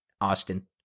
Austin